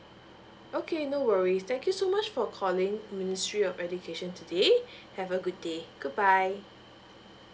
okay no worries thank you so much for calling ministry of education today have a good day goodbye